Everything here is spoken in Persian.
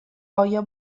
آیا